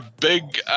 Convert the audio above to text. big